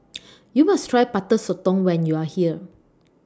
YOU must Try Butter Sotong when YOU Are here